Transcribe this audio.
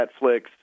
Netflix